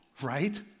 right